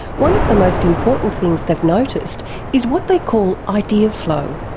one of the most important things they've noticed is what they call idea flow.